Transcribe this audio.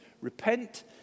repent